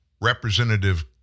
Representative